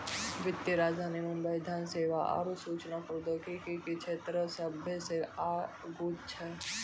वित्तीय राजधानी मुंबई धन सेवा आरु सूचना प्रौद्योगिकी के क्षेत्रमे सभ्भे से आगू छै